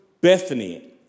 Bethany